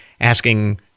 asking